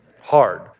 hard